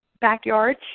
backyard